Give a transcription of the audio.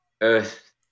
earth